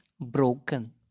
broken